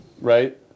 right